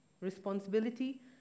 responsibility